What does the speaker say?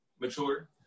mature